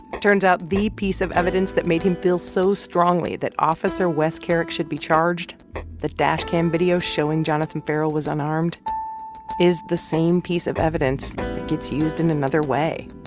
it turns out the piece of evidence that made him feel so strongly that officer wes kerrick should be charged the dash cam video showing jonathan ferrell was unarmed is the same piece of evidence that gets used in another way